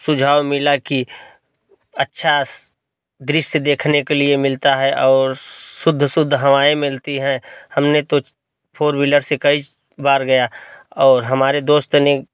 सुझाव मिला कि अच्छा दृश्य देखने के लिए मिलता है और शुद्ध शुद्ध हवाएँ मिलती हैं हमने तो फोर व्हीलर से कई बार गया और हमारे दोस्त ने